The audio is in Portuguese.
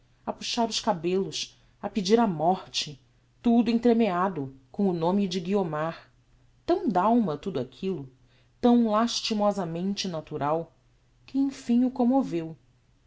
a puxar os cabellos a pedir a morte tudo entremeado com o nome de guiomar tão d'alma tudo aquillo tão lastimosamente natural que emfim o commoveu